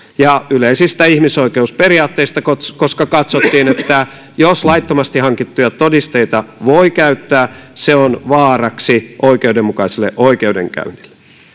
ja yleisistä ihmisoikeusperiaatteista koska katsottiin että jos laittomasti hankittuja todisteita voi käyttää se on vaaraksi oikeudenmukaiselle oikeudenkäynnille